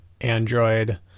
Android